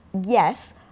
Yes